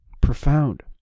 Profound